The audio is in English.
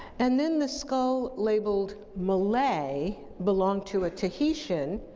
and then, the skull labeled malay belonged to a tahitian,